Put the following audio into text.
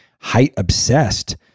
height-obsessed